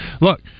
Look